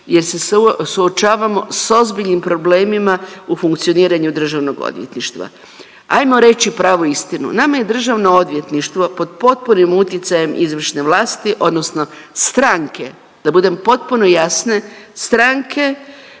jer se suočavamo s ozbiljnim problemima u funkcioniranju Državnog odvjetništva. Ajmo reći pravu istinu. Nama je Državno odvjetništvo pod potpunim utjecajem izvršne vlasti odnosno stranke da budem potpuno jasne, stranke